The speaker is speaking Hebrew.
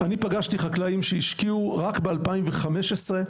פגשתי חקלאים שהשקיעו רק ב-2015,